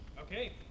Okay